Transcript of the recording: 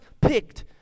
picked